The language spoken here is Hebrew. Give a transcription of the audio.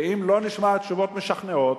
ואם לא נשמע תשובות משכנעות,